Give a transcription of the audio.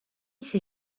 ses